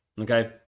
okay